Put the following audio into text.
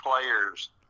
players